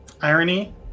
irony